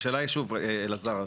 אלעזר,